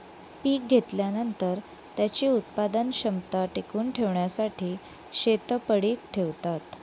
पीक घेतल्यानंतर, त्याची उत्पादन क्षमता टिकवून ठेवण्यासाठी शेत पडीक ठेवतात